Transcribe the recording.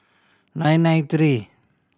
nine nine three